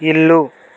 ఇల్లు